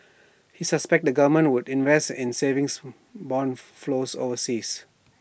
he suspects the government would invest and savings Bond flows overseas